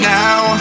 now